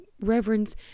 reverence